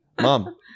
mom